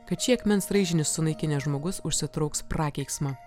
kad šį akmens raižinį sunaikinęs žmogus užsitrauks prakeiksmą